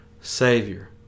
Savior